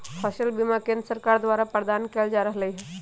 फसल बीमा केंद्र सरकार द्वारा प्रदान कएल जा रहल हइ